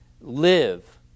Live